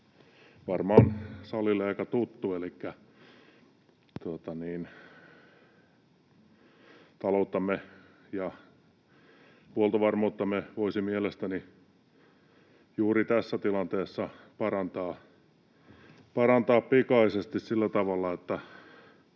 varmaan salille aika tuttu, elikkä talouttamme ja huoltovarmuuttamme voisi mielestäni juuri tässä tilanteessa parantaa pikaisesti sillä tavalla, että